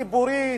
ציבורית,